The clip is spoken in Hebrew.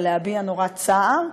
ולהביע נורא צער,